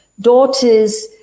daughters